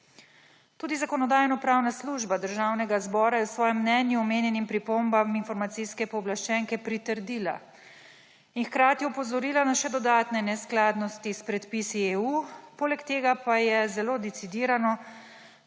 Tudi Zakonodajno-pravna služba Državnega zbora je v svojem mnenju omenjenim pripombam informacijske pooblaščenke pritrdila in hkrati opozorila na še dodatne neskladnosti s predpisi EU. Poleg tega pa je zelo decidirano